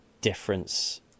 difference